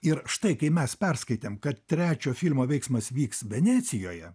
ir štai kai mes perskaitėm kad trečio filmo veiksmas vyks venecijoje